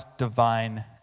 divine